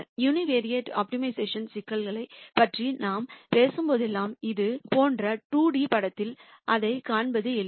univariate optimisation சிக்கல்களைப் பற்றி நாம் பேசும்போதெல்லாம் இது போன்ற 2 டி படத்தில் அதைக் காண்பது எளிது